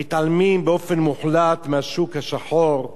מתעלמים באופן מוחלט מהשוק השחור,